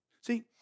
See